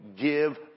give